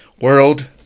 world